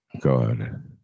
God